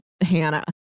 Hannah